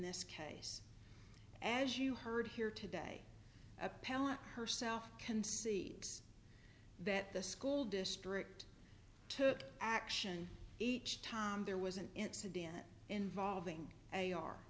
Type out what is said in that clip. this case as you heard here today appellant herself concedes that the school district took action each time there was an incident involving a r